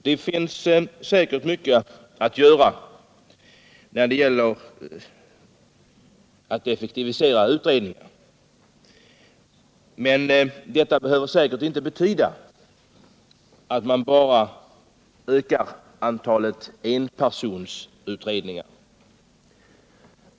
Det finns säkert mycket att göra för att effektivisera utredningsarbetet, men detta behöver inte betyda att man bara ökar antalet enpersonsutredningar.